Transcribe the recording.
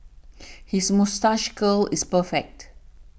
his moustache curl is perfect